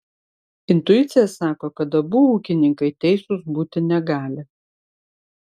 intuicija sako kad abu ūkininkai teisūs būti negali